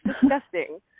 disgusting